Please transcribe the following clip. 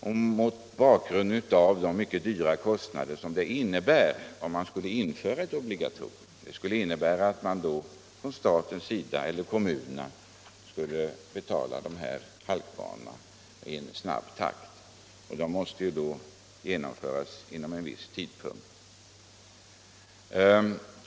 Det skulle innebära mycket stora kostnader att införa ett obligatorium, och staten eller kommunerna skulle få betala de här halkbanorna i snabb takt, eftersom det — om man införde obligatorium — skulle bli nödvändigt att färdigställa dem till en viss i lagen bestämd tidpunkt.